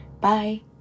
Bye